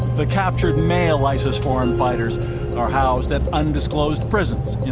the captured male isis foreign fighters and are housed at undisclosed prisons in